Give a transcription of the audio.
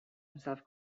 himself